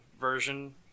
version